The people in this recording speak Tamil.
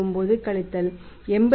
99 கழித்தல் 87